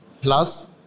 plus